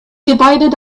divided